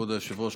כבוד היושב-ראש,